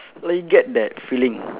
like you get that feeling